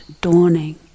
dawning